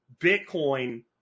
Bitcoin